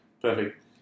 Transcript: perfect